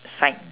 sign